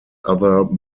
other